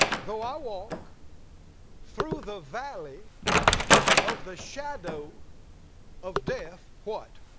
though i walk through the valley of the shadow of death, what?